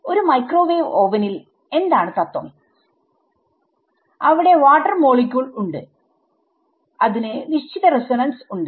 ഒരു മൈക്രോവേവ് ഓവനിൽ എന്താണ് തത്വം അവിടെ വാട്ടർ മോളിക്യൂൾ ഉണ്ട് അതിന് നിശ്ചിത റിസോനൻസസ് ഉണ്ട്